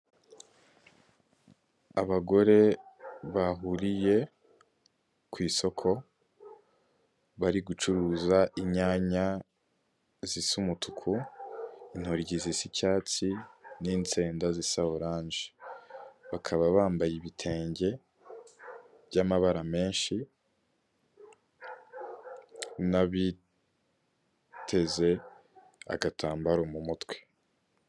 Abagore bahuriye ku isoko bari gucuruza inyanya zisa umutuku, intoryi zisa icyatsi, n'insenda zisa oranje, bakaba bambaye ibitenge by'amabara menshi n'abiteze agatambaro mu mutwe.